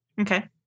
Okay